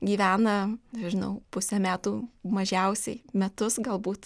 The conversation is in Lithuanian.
gyvena nežinau pusę metų mažiausiai metus galbūt